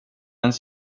ens